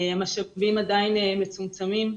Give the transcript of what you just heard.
המשאבים עדיין מצומצמים,